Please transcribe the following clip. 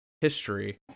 history